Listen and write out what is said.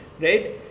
right